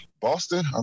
Boston